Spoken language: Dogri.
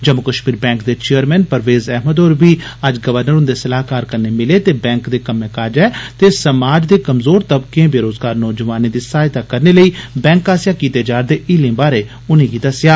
जम्मू कश्मीर बैंक दे चेयरमैन परवेज अहमद होर बी अज्ज गवर्नर हुदे सलाहकार कन्नै मिले ते बैंक ते कम्मै काजै ते समाज दे कमजोर तबकें बेरोजगार नौजवानें दी सहायता करने लेई बैंक आस्सेआ कीते जा रदे हीलें बारै उनेंगी दस्सेआ